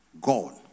God